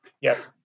Yes